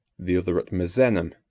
the other at misenum,